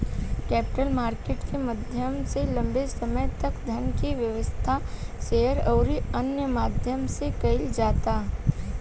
capital market के माध्यम से लंबे समय तक धन के व्यवस्था, शेयर अउरी अन्य माध्यम से कईल जाता